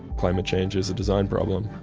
climate change is a design problem,